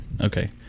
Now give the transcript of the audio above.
okay